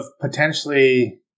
potentially